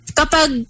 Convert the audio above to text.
kapag